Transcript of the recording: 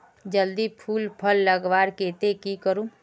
जल्दी फूल फल लगवार केते की करूम?